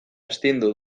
astindu